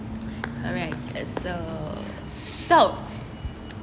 alright so